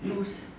loose